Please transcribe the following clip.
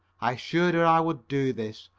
i assured her i would do this,